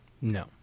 No